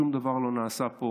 שום דבר לא נעשה פה